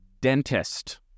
dentist